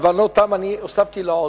זמנו תם ואני הוספתי לו עוד.